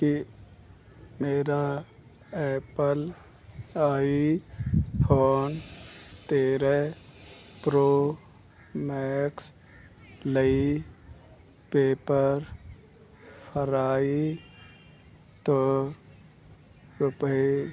ਕੀ ਮੇਰਾ Apple iPhone ਤੇਰਾਂ pro max ਲਈ ਪੇਪਰਫਰਾਈ ਤੋਂ ਰੁਪਏ